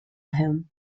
him